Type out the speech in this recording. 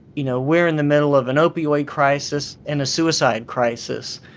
you know, we're in the middle of an opioid crisis and a suicide crisis,